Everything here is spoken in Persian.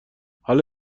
حالا